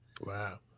Wow